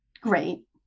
great